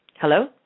Hello